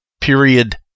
Period